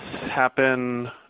happen